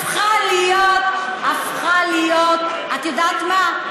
הפכה להיות, הפכה להיות, את יודעת מה?